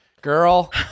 Girl